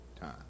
time